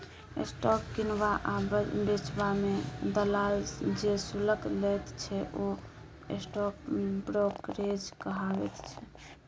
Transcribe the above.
stock किनबा आ बेचबा मे दलाल जे शुल्क लैत छै ओ स्टॉक ब्रोकरेज कहाबैत छै